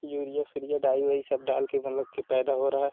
urea फुरिया डाई वाई सब डाल के मतलब पैदा हो रहा